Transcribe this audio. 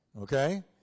Okay